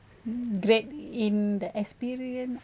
great in the experience